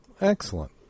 Excellent